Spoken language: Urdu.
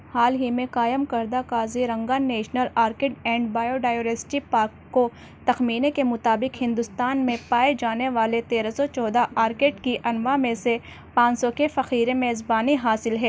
حال ہی میں قائم کردہ Kaziranga national orchid and biodiversity park کو تخمینے کے مطابق ہندوستان میں پائے جانے والے تیرہ سو چودہ آرکڈ کی انواع میں سے پانسو کے فخیرے میزبانی حاصل ہے